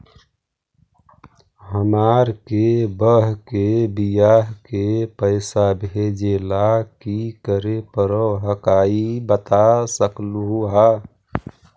हमार के बह्र के बियाह के पैसा भेजे ला की करे परो हकाई बता सकलुहा?